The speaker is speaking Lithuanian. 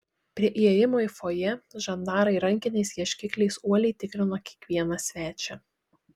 prie įėjimo į fojė žandarai rankiniais ieškikliais uoliai tikrino kiekvieną svečią